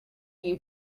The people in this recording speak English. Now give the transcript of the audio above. you